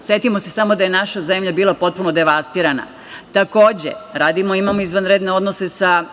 se samo da je naša zemlja bila potpuno devastirana. Takođe radimo i imamo izvanredne odnose sa